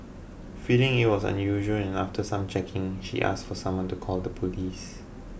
feeling it was unusual and after some checking she asked for someone to call the police